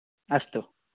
अस्तु